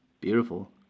Beautiful